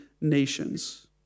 nations